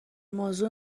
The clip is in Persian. موضوع